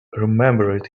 remembered